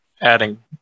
adding